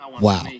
Wow